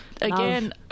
again